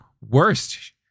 worst